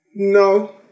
No